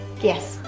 Yes